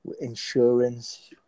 insurance